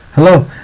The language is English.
Hello